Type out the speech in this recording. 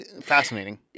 fascinating